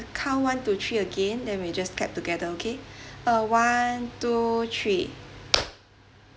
count one to three again then we'll just clap together okay uh one two three